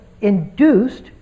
induced